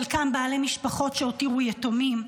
חלקם בעלי משפחות שהותירו יתומים.